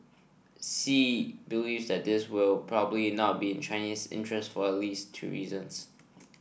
Xi believes that this will probably not be in Chinese interests for at least two reasons